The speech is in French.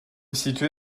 située